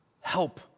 help